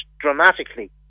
dramatically